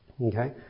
Okay